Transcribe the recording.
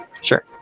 Sure